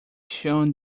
shown